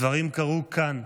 הדברים קרו כאן,